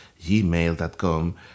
gmail.com